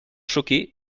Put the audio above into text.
choqué